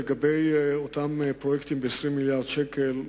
לגבי אותם פרויקטים ב-20 מיליארד שקל,